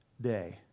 day